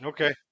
Okay